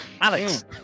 Alex